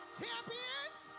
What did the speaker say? champions